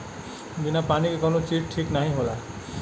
बिना पानी के कउनो चीज ठीक नाही होला